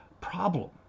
problem